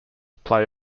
play